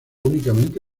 únicamente